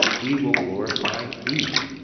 we will glorify thee,